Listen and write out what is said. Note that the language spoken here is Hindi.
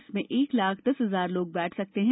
इसमें एक लाख दस हजार लोग बैठ सकते हैं